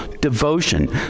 devotion